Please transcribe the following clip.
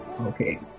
Okay